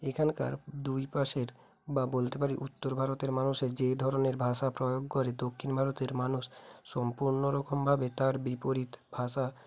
এখানকার দুইপাশের বা বলতে পারি উত্তর ভারতের মানুষের যেই ধরনের ভাষা প্রয়োগ করে দক্ষিণ ভারতের মানুষ সম্পূর্ণ রকমভাবে তার বিপরীত ভাষা